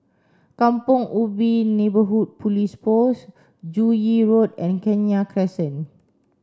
Kampong Ubi Neighbourhood Police Post Joo Yee Road and Kenya Crescent